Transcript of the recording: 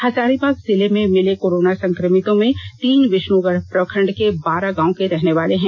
हजारीबाग जिले में मिले कोरोना संक्रमितों में तीन विष्णुगढ प्रखंड के बारा गांव के रहने वाले हैं